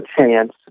chance